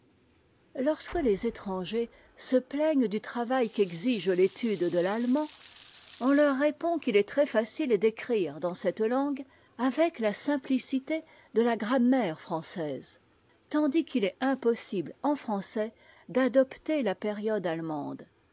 lorsque les étrangers se plaignent du travail qu'exige t'étude de l'allemand on leur répond qu'il est très faciiedécrire dans cette langueavec la simplicité de la grammaire française tandis qu'il est impossible en français d'adopter la période allemande